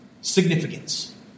significance